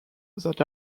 that